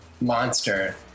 monster